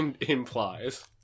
implies